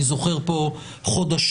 אני זוכר פה חודשים,